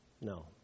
No